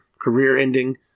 career-ending